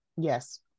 Yes